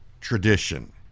Tradition